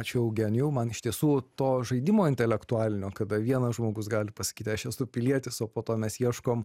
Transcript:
ačiū eugenijau man iš tiesų to žaidimo intelektualinio kada vienas žmogus gali pasakyti aš esu pilietis o po to mes ieškom